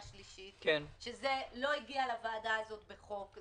שלישית שזה לא הגיע לוועדה הזאת בחוק.